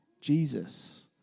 Jesus